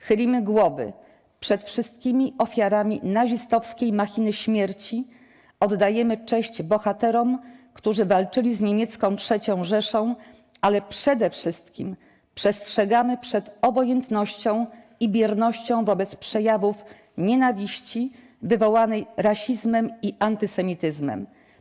Chylimy głowy przed wszystkimi ofiarami nazistowskiej machiny śmierci, oddajemy cześć bohaterom, którzy walczyli z niemiecką III Rzeszą, ale przede wszystkim przestrzegamy przez obojętnością i biernością wobec przejawów nienawiści wywołanej rasizmem i antysemityzmem.